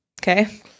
okay